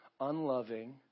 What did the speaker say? unloving